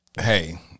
hey